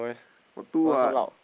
got two [what]